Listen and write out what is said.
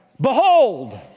behold